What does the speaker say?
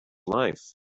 life